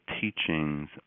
teachings